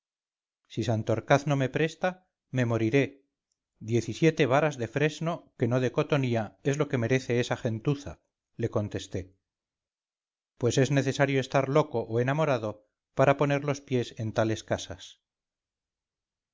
si santorcaz no me presta me moriré diez y siete varas de fresno que no de cotonía es lo que merece esa gentuza le contesté pues es necesario estar loco o enamorado para poner los pies en tales casas